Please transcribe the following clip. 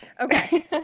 Okay